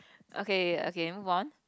okay okay move on